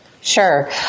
sure